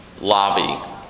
lobby